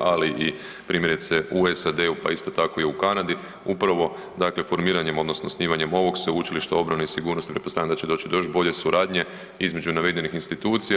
ali i primjerice u SAD-u, pa isto tako i u Kanadi, upravo dakle formiranjem odnosno osnivanjem ovog Sveučilišta obrane i sigurnosti pretpostavljam da će doći do još bolje suradnje između navedenih institucija.